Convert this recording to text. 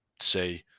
say